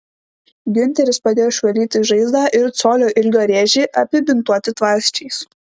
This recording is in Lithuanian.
giunteris padėjo išvalyti žaizdą ir colio ilgio rėžį apibintuoti tvarsčiais